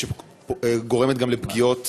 נגרמות פגיעות